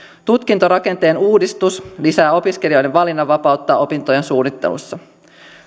tutkintorakenteen uudistus lisää opiskelijoiden valinnanvapautta opintojen suunnittelussa